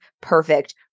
perfect